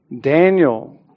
Daniel